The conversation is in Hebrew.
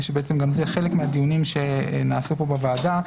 גם זה חלק מהדיונים שנעשו פה בוועדה,